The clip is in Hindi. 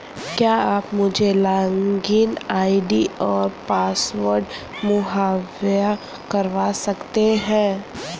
क्या आप मुझे लॉगिन आई.डी और पासवर्ड मुहैय्या करवा सकते हैं?